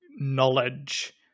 knowledge